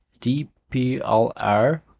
DPLR